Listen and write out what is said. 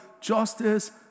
justice